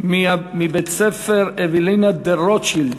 מבית-ספר אוולינה דה-רוטשילד.